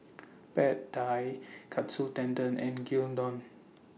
Pad Thai Katsu Tendon and Gyudon